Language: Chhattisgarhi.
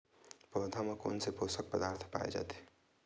पौधा मा कोन से पोषक पदार्थ पाए जाथे?